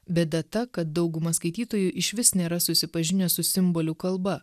bėda ta kad dauguma skaitytojų išvis nėra susipažinę su simbolių kalba